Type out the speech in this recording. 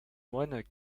moines